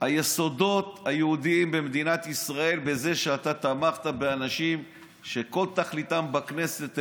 היסודות היהודיים במדינת ישראל בזה שאתה תמכת באנשים שכל תכליתם בכנסת,